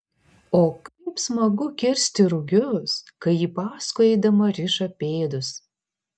o kaip smagu kirsti rugius kai ji paskui eidama riša pėdus